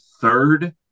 third